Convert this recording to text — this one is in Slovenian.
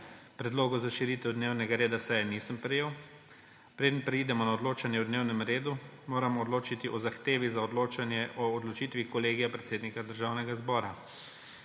Predlogov za širitev dnevnega reda seje nisem prejel. Preden preidemo na odločanje o dnevnem redu, moramo odločiti o zahtevi za odločanje o odločitvi Kolegija predsednika Državnega zbora.